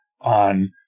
on